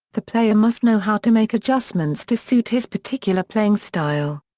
the player must know how to make adjustments to suit his particular playing style.